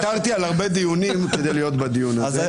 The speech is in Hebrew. ויתרתי על הרבה דיונים כדי להיות בדיון הזה,